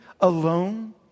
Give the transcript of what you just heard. alone